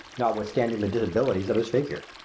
notwithstanding the disabilities of his figure.